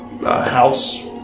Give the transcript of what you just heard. house